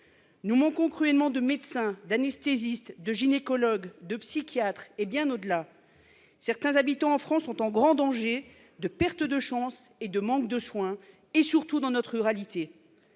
Nous manquons cruellement de médecins d'anesthésistes de gynécologues de psychiatres et bien au-delà. Certains habitants en France sont en grand danger de perte de chances et de manque de soins et surtout dans notre ruralité.